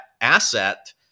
asset